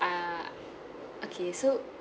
uh okay so